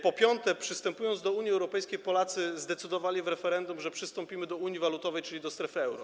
Po czwarte: Przystępując do Unii Europejskiej, Polacy zdecydowali w referendum, że przystąpimy do unii walutowej, czyli do strefy euro.